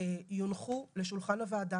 שהתקנות יונחו על שולחן הוועדה.